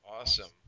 Awesome